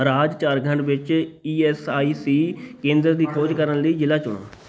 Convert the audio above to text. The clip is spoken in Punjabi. ਰਾਜ ਝਾਰਖੰਡ ਵਿੱਚ ਈ ਐੱਸ ਆਈ ਸੀ ਕੇਂਦਰ ਦੀ ਖੋਜ ਕਰਨ ਲਈ ਜ਼ਿਲ੍ਹਾ ਚੁਣੋ